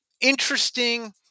interesting